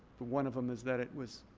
but one of them is that it was